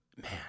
Man